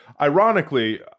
ironically